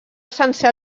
sencer